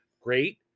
great